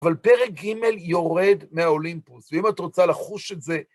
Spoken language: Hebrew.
אבל פרק ג' יורד מהאולימפוס, ואם את רוצה לחוש את זה...